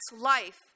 life